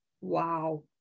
Wow